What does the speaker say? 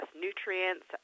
nutrients